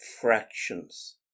fractions